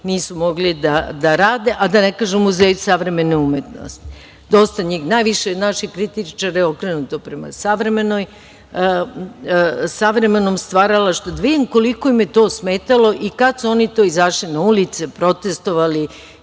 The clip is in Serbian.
nisu mogli da rade, a da ne kažem, Muzej savremene umetnosti. Dosta njih, najviše naših kritičara je okrenuto prema savremenom stvaralaštvu i da vidim koliko im je to smetalo i kada su to oni izašli na ulice i protestvovali,